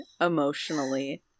emotionally